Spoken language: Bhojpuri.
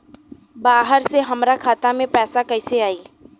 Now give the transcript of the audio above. बाहर से हमरा खाता में पैसा कैसे आई?